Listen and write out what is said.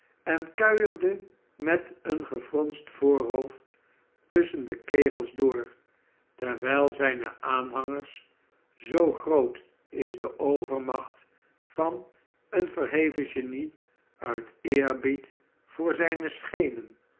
en kuierde met een gefronst voorhoofd tusschen de kegels door terwijl zijne aanhangers zoo groot is de overmacht van een verheven genie uit eerbied voor zijne scheenen